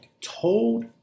told